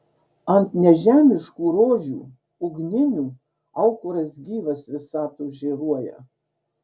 ant nežemiškų rožių ugninių aukuras gyvas visatos žėruoja